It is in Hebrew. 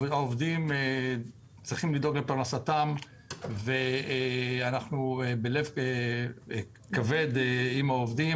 העובדים צריכים לדאוג לפרנסתם ואנחנו בלב כבד עם העובדים,